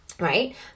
Right